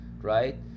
right